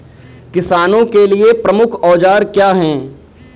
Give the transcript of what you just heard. किसानों के लिए प्रमुख औजार क्या हैं?